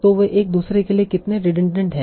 तो वे एक दूसरे के लिए कितने रिडनडेंट हैं